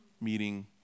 meeting